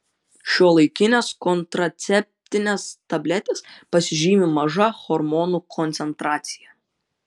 šiuolaikinės kontraceptinės tabletės pasižymi maža hormonų koncentracija